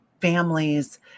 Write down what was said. families